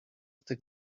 tych